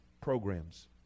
Programs